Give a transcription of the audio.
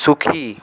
সুখী